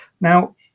Now